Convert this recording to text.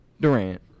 Durant